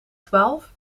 twaalf